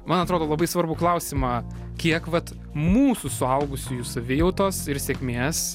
man atrodo labai svarbų klausimą kiek vat mūsų suaugusiųjų savijautos ir sėkmės